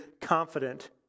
confident